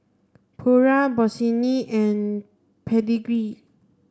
Pura Bossini and Pedigree